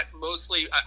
Mostly